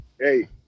hey